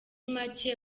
make